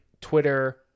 Twitter